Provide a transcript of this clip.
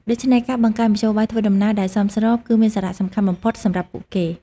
ដូច្នេះ ការបង្កើតមធ្យោបាយធ្វើដំណើរដែលសមស្រប គឺមានសារៈសំខាន់បំផុតសម្រាប់ពួកគេ។